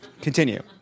Continue